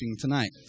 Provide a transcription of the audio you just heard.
tonight